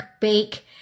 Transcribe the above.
bake